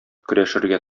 көрәшергә